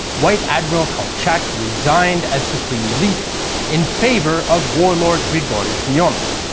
white admiral kolchak resigned as supreme leader in favour of warlord grigori semenov.